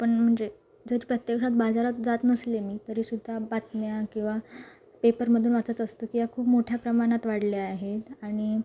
आपण म्हणजे जर प्रत्यक्षात बाजारात जात नसले मी तरीसुद्धा बातम्या किंवा पेपरमधून वाचत असतो की या खूप मोठ्या प्रमाणात वाढल्या आहेत आणि